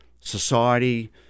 society